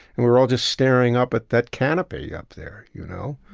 and we're all just staring up at that canopy up there, you know?